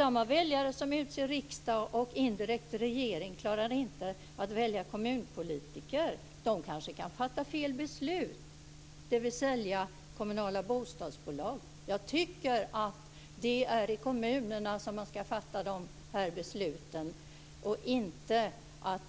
Samma väljare som utser riksdag och indirekt regering klarar inte att välja kommunpolitiker. De kanske kan fatta fel beslut, dvs. sälja kommunala bostadsbolag. Jag tycker att det är i kommunerna som man ska fatta de här besluten.